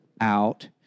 out